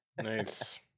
nice